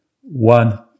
One